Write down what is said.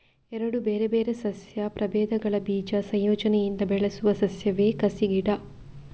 ಎರಡು ಬೇರೆ ಬೇರೆ ಸಸ್ಯ ಪ್ರಭೇದಗಳ ಬೀಜ ಸಂಯೋಜನೆಯಿಂದ ಬೆಳೆಯುವ ಸಸ್ಯವೇ ಕಸಿ ಗಿಡ